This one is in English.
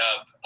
up